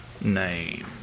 name